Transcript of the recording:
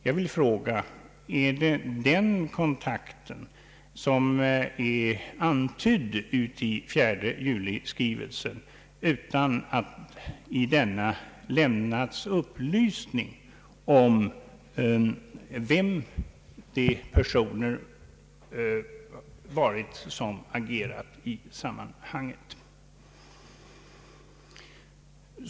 Jag vill fråga: Är det den kontakten som är antydd i 4 juli-skrivelsen utan att i denna lämnats upplysning om vilka de personer varit som agerat i sammanhanget?